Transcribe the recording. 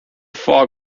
fog